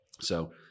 So-